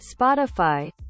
Spotify